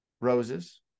Rose's